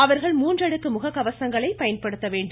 அவர்கள் மூன்றடுக்கு முக கவசங்களை பயன்படுத்த வேண்டும்